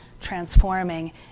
transforming